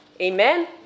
amen